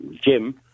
Jim